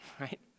right